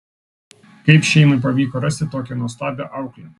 kaip šeimai pavyko rasti tokią nuostabią auklę